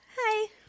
Hi